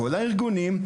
כל הארגונים,